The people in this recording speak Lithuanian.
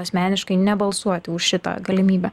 asmeniškai nebalsuoti už šitą galimybę